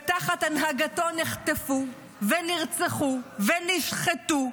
ותחת הנהגתו נחטפו ונרצחו ונשחטו,